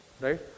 right